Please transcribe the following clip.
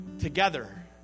together